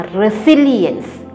resilience